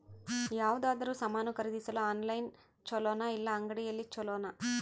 ಯಾವುದಾದರೂ ಸಾಮಾನು ಖರೇದಿಸಲು ಆನ್ಲೈನ್ ಛೊಲೊನಾ ಇಲ್ಲ ಅಂಗಡಿಯಲ್ಲಿ ಛೊಲೊನಾ?